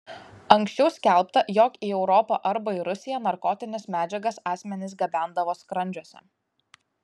anksčiau skelbta jog į europą arba į rusiją narkotines medžiagas asmenys gabendavo skrandžiuose